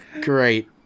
great